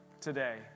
today